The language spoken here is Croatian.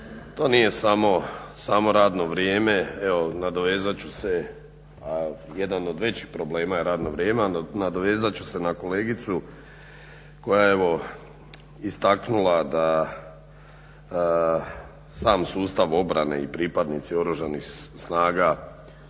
To nije samo radno vrijeme, a jedan od većih problema je radno vrijeme. Evo nadovezat ću se na kolegicu koja je evo istaknula da sam sustav obrane i pripadnici Oružanih snaga,